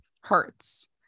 hurts